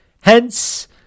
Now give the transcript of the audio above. Hence